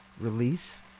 release